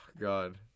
God